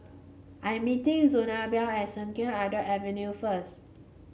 I am meeting Zenobia at Sungei Kadut Avenue first